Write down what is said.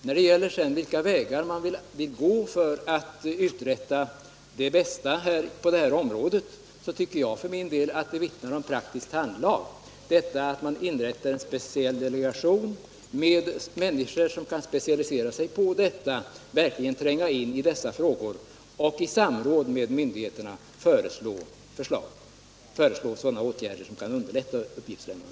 När det gäller vilka vägar man vill gå för att uträtta det bästa på detta område, så tycker jag för min del att det vittnar om praktiskt handlag att man inrättar en speciell delegation med människor som kan specialisera sig på ämnet, verkligen tränga in i dessa frågor och i samråd med myndigheterna föreslå sådana åtgärder som kan underlätta uppgiftslämnandet.